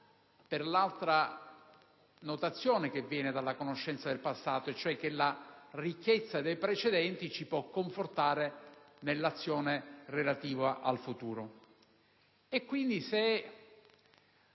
per l'altra notazione che viene dalla conoscenza del passato, e cioè che la ricchezza dei precedenti ci può confortare nell'azione relativa al futuro.